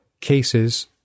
cases